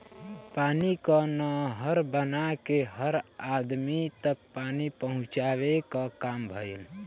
पानी कअ नहर बना के हर अदमी तक पानी पहुंचावे कअ काम भइल